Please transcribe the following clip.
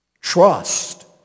Trust